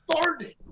started